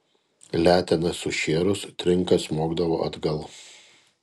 letena sušėrus trinka smogdavo atgal